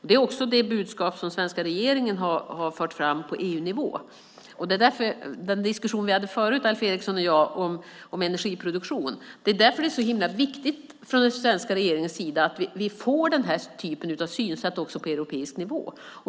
Det är också det budskap som svenska regeringen har fört fram på EU-nivå. Den diskussion vi hade förut, Alf Eriksson och jag, om energiproduktion har med detta att göra. Det är väldigt viktigt att vi från den svenska regeringens sida får igenom detta synsätt också på europeisk nivå.